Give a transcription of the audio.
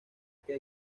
que